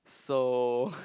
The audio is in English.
so